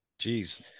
Jeez